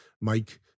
mike